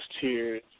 tears